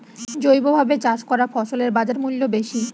জৈবভাবে চাষ করা ফসলের বাজারমূল্য বেশি